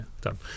done